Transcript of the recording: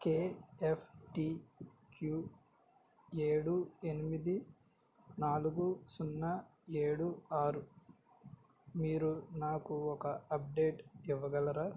KFTQ ఏడు ఎనిమిది నాలుగు సున్నా ఏడు ఆరు మీరు నాకు ఒక అప్డేట్ ఇవ్వగలరా